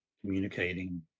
communicating